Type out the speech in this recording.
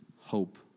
hope